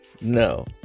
No